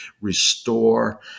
restore